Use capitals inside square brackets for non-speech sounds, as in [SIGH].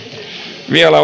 vielä [UNINTELLIGIBLE]